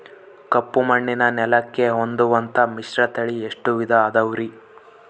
ಕಪ್ಪುಮಣ್ಣಿನ ನೆಲಕ್ಕೆ ಹೊಂದುವಂಥ ಮಿಶ್ರತಳಿ ಎಷ್ಟು ವಿಧ ಅದವರಿ?